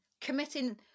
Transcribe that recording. committing